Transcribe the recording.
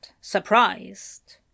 surprised